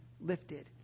lifted